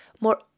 more